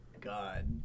God